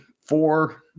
four